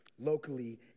locally